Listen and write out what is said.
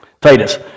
Titus